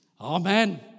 Amen